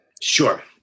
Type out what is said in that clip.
Sure